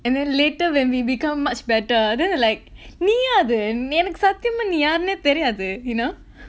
and then later when we become much better then like me ah then நீயா அது எனக்கு சத்தியமா நீ யாருனே தெரியாது:neeyaa athu enakku sathiyamaa nee yaarunae theriyathu you know